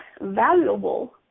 valuable